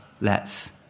lets